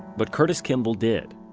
but curtis kimball did.